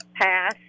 Pass